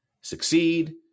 succeed